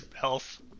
health